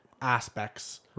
aspects